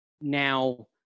Now